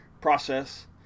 process